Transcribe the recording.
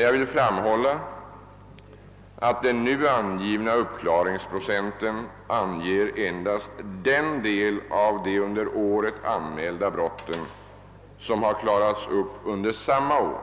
Jag vill dock framhålla att den nu angivna uppklaringsprocenten anger endast den del av de under året anmälda brotten som har klarats upp under samma år.